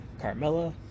Carmella